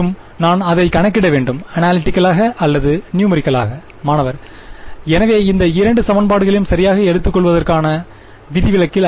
மற்றும் நான் அதை கணக்கிட வேண்டும் அனாலிட்டிகளாக அல்லது நியூமெரிகளாக மாணவர் எனவே அந்த இரண்டு சமன்பாடுகளையும் சரியாக எடுத்துக்கொள்வதற்கான குறிப்பு நேரம் 0719 விதிவிலக்கில்